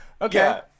okay